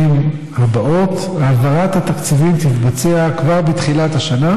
הבאות העברת התקציבים תתבצע כבר בתחילת השנה,